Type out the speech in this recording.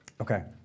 Okay